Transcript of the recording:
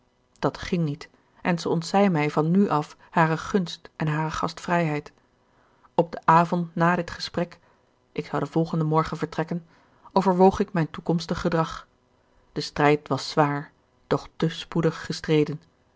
dat ging niet en zij ontzei mij van nu af hare gunst en hare gastvrijheid op den avond na dit gesprek ik zou den volgenden morgen vertrekken overwoog ik mijn toekomstig gedrag de strijd was zwaar doch te spoedig gestreden